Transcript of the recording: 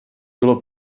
bylo